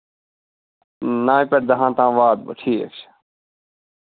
نوِ پیٚٹھ دَہن تام واتہٕ بہٕ ٹھیٖک چھُ